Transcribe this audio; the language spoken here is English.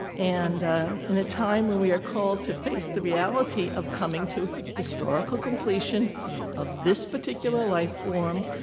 and in a time when we are called to face the reality of coming to historical completion of this particular life form,